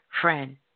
friend